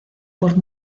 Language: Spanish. por